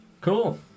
Cool